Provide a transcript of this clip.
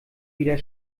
wieder